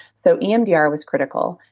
so emdr was critical.